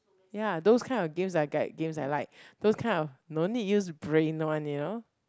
ya those kind of games I games I like those kind of no need use brain one you know